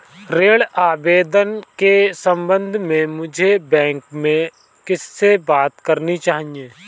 ऋण आवेदन के संबंध में मुझे बैंक में किससे बात करनी चाहिए?